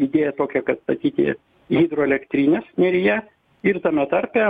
idėja tokia kad ateityje hidroelektrinės neryje ir tame tarpe